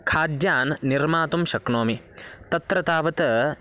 खाद्यान् निर्मातुं शक्नोमि तत्र तावत्